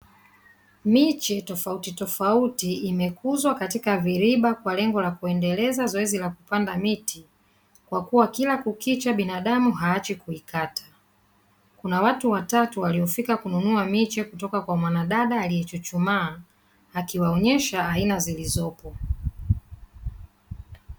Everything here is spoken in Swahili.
Miche tofauti tofauti imekuzwa katika viriba kwa lengo la kuendeleza zoezi la kupanda miti kwa kuwa kila kukicha binadamu haachi kuikata kuna watu watatu waliofika kununua miche kutoka kwa mwanadada aliyechuchumaa akiwaonyesha aina zilizopo.